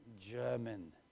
German